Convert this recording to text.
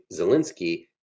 Zelensky